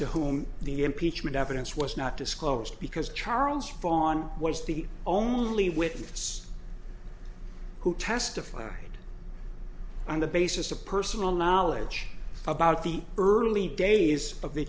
to whom the impeachment evidence or was not disclosed because charles fawn was the only witness who testified on the basis of personal knowledge about the early days of the